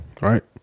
right